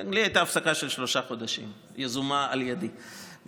לי הייתה הפסקה יזומה על ידי של שלושה חודשים.